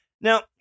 Now